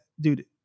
dude